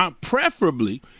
Preferably